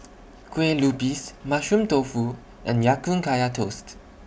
Kue Lupis Mushroom Tofu and Ya Kun Kaya Toast